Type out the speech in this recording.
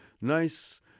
nice